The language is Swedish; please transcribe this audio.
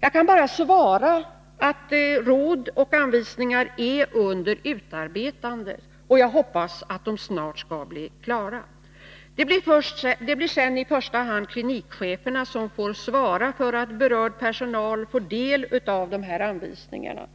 Jag kan bara svara att råd och anvisningar är under utarbetande, och jag hoppas att de snart skall bli klara. Det blir sedan i första hand klinikcheferna som får svara för att berörd personal får del av de här anvisningarna.